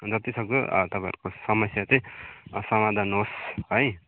जति सक्दो तपाईँहरूको समस्या चाहिँ समाधान होस् है